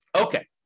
Okay